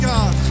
God